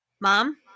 mom